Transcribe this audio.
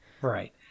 Right